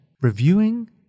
Reviewing